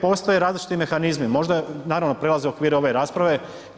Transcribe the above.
Postoje različiti mehanizmi možda, naravno prelaze okvire ove rasprave.